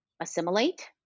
assimilate